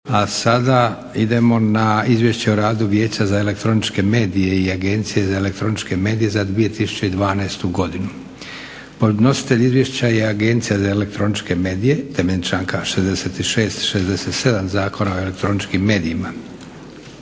A sada idemo na - Izvješće o radu Vijeća za elektroničke medije i Agencije za elektroničke medije za 2012. godinu Podnositelj Izvješća je Agencija za elektroničke medije temeljem članka 66., 67. Zakona o elektroničkim medijima.